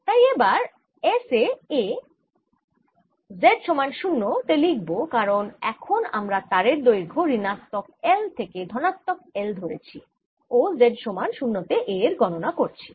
তাই এবার S এ A Z সমান 0 তে লিখব কারণ এখন আমরা তারের দৈর্ঘ্য ঋণাত্মক L থেকে ধনাত্মক L ধরেছি ও Z সমান 0 তে A গণনা করছি